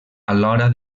alhora